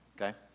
okay